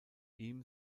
ihm